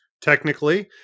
technically